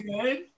good